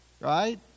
right